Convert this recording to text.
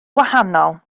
wahanol